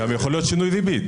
יכולה להיות גם שינוי ריבית.